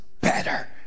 better